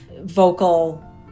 vocal